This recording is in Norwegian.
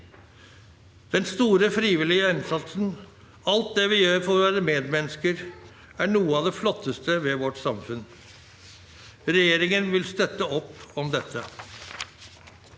Den store frivillige innsatsen, alt det vi gjør for våre medmennesker, er noe av det flotteste ved vårt samfunn. Regjeringen vil støtte opp om dette.